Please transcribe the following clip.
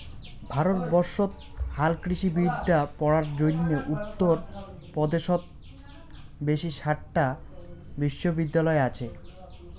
ভারতবর্ষত হালকৃষিবিদ্যা পড়ার জইন্যে উত্তর পদেশত বেশি সাতটা বিশ্ববিদ্যালয় আচে